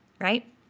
Right